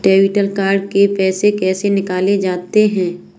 Debit card से रुपये कैसे निकाले जाते हैं?